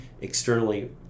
externally